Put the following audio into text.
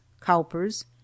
Cowper's